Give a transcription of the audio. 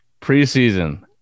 Preseason